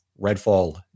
Redfall